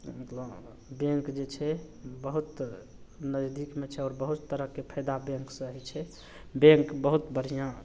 मतलब बैँक जे छै बहुत नजदीकमे छै आओर बहुत तरहके फायदा बैँकसे होइ छै बैँक बहुत बढ़िआँ